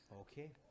Okay